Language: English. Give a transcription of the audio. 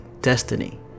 Destiny